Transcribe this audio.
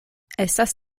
estas